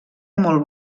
molt